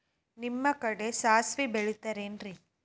ನಿಮ್ಮ ಕಡೆ ಸಾಸ್ವಿ ಬೆಳಿತಿರೆನ್ರಿ?